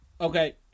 Okay